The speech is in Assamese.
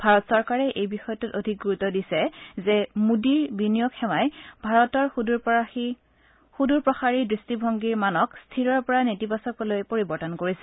ভাৰত চৰকাৰে এই বিষয়টোত অধিক গুৰুত্ব দিছে যে মুডীৰ বিনিয়োগ সেৱাই ভাৰতৰ সুদৰপ্ৰসাৰী দৃষ্টিভংগীৰ মানক স্থিৰৰ পৰা নেতিবাচকলৈ পৰিবৰ্তন কৰিছে